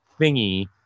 thingy